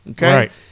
Right